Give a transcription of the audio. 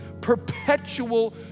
Perpetual